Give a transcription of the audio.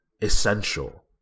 essential